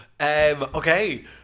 Okay